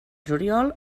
juliol